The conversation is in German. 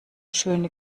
schöne